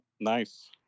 nice